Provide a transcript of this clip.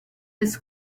his